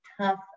tough